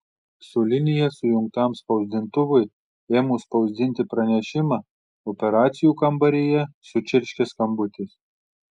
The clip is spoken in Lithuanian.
su linija sujungtam spausdintuvui ėmus spausdinti pranešimą operacijų kambaryje sučirškė skambutis